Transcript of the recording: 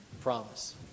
Promise